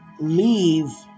leave